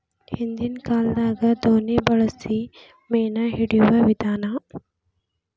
ಹಿಂದಿನ ಕಾಲದಾಗ ದೋಣಿ ಬಳಸಿ ಮೇನಾ ಹಿಡಿಯುವ ವಿಧಾನಾ